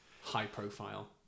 high-profile